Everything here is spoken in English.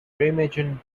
remagen